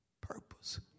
purpose